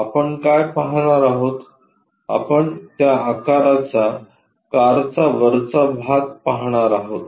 आपण काय पाहणार आहोत आपण त्या आकाराचा कारचा वरचा भाग पाहणार आहोत